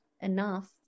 enough